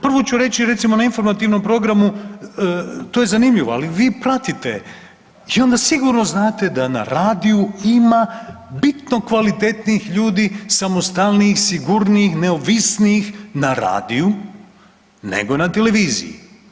Prvo ću reći recimo na informativnom programu to je zanimljivo, ali vi pratite i onda sigurno znate da na Radiju ima bitno kvalitetnijih ljudi, samostalnijih, sigurnijih, neovisnijih na Radiju, nego na Televiziji.